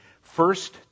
first